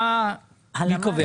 מי קובע?